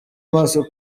maso